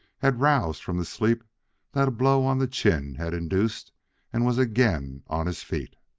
had roused from the sleep that a blow on the chin had induced and was again on his feet.